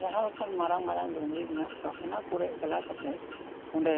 ᱡᱟᱦᱟᱸ ᱞᱮᱠᱟᱱ ᱢᱟᱨᱟᱝ ᱢᱟᱨᱟᱝ ᱰᱩᱝᱨᱤ ᱢᱮᱱᱟᱜ ᱠᱟᱜ ᱚᱱᱟ ᱨᱮᱜᱮ ᱪᱟᱞᱟᱜ ᱠᱟᱛᱮᱜ ᱚᱸᱰᱮ